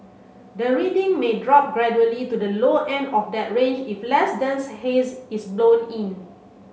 the reading may drop gradually to the low end of that range if less dense haze is blown in